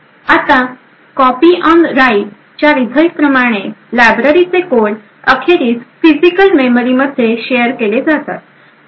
आता copy on write च्या result प्रमाणे लायब्ररीचे कोड अखेरीस फिजिकल मेमरी मध्ये शेयर केले जातात